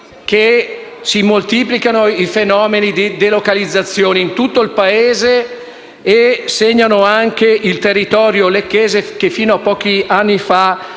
che si moltiplichino i fenomeni di delocalizzazione in tutto il Paese e ormai segnano anche il territorio lecchese che, fino a pochi anni fa,